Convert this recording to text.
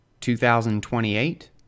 2028